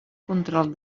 control